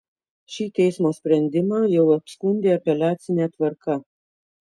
šį teismo sprendimą jau apskundė apeliacine tvarka